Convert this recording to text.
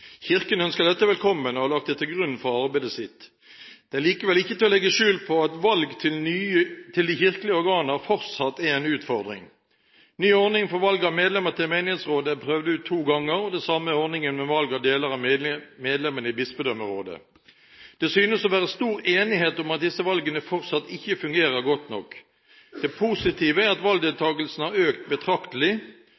Kirken ønsker dette velkommen og har lagt det til grunn for arbeidet sitt. Det er likevel ikke til å legge skjul på at valg til de kirkelige organer fortsatt er en utfordring. Ny ordning for valg av medlemmer til menighetsrådet er prøvd ut to ganger, og det samme er ordningen med valg av deler av medlemmene i bispedømmerådet. Det synes å være stor enighet om at disse valgene fortsatt ikke fungerer godt nok. Det positive er at